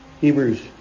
Hebrews